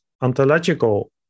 ontological